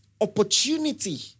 opportunity